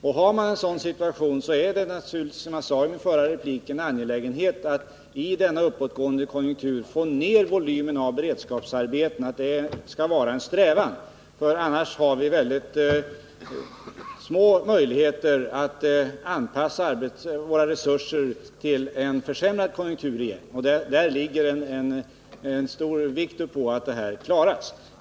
Och i en sådan situation med uppgående konjunktur är det naturligtvis, som jag sade i mitt förra inlägg, angeläget att man strävar efter att få ned volymen av beredskapsarbeten. Annars har vi mycket små möjligheter att anpassa våra resurser till en eventuellt försämrad konjunktur. Jag lägger alltså stor vikt vid att detta klaras.